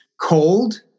cold